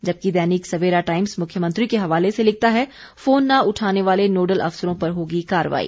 जबकि दैनिक सवेरा टाइम्स मुख्यमंत्री के हवाले से लिखता है फोन न उठाने वाले नोडल अफसरों पर होगी कार्रवाई